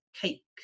cake